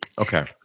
Okay